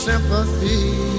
Sympathy